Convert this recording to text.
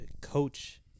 Coach